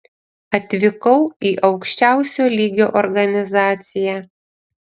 atvykau į aukščiausio lygio organizaciją